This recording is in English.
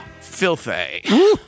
filthy